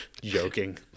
Joking